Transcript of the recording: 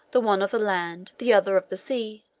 the one of the land, the other of the sea,